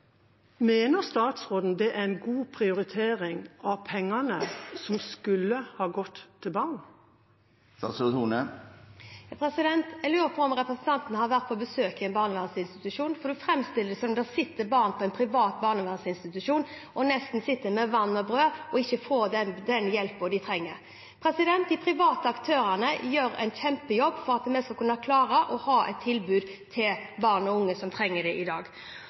Mener statsråden det er en god prioritering av pengene som skulle ha gått til barn? Jeg lurer på om representanten har vært på besøk i en barnevernsinstitusjon, for det framstilles nesten som at det sitter barn med vann og brød på en barnevernsinstitusjon og ikke får den hjelpen de trenger. De private aktørene gjør en kjempejobb for at vi skal kunne klare å ha et tilbud til barn og unge som trenger det i dag.